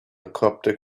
coptic